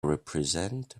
represent